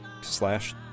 slash